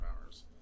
Powers